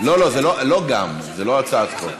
לא, זה לא גם, זה לא הצעת חוק.